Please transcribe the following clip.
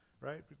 Right